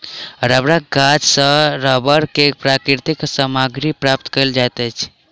रबड़क गाछ सॅ रबड़ के प्राकृतिक सामग्री प्राप्त कयल जाइत अछि